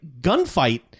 gunfight